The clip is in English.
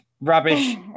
rubbish